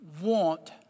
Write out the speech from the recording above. want